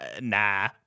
nah